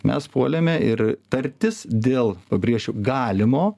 mes puolėme ir tartis dėl pabrėšiu galimo